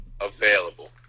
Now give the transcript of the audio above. available